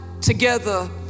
together